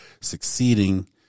succeeding